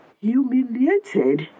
Humiliated